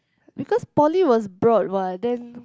because poly was broad what then